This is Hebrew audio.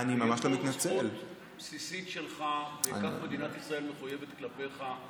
זאת זכות בסיסית שלך, ומדינת ישראל מחויבת כלפיך,